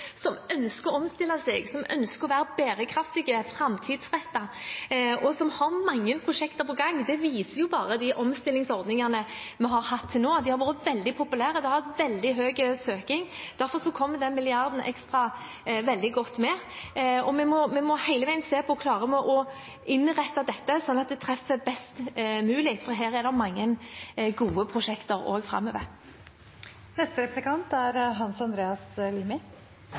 som ønsker å omstille seg, som ønsker å være bærekraftig og framtidsrettet, og som har mange prosjekter på gang. Det viser bare de omstillingsordningene vi har hatt til nå. De har vært veldig populære, det har vært veldig stor søking. Derfor kommer den milliarden ekstra veldig godt med. Vi må hele veien se på: Klarer vi å innrette dette sånn at det treffer best mulig? For her er det mange gode prosjekter også framover. Jeg registrerer at det av og til avsløres at det ikke er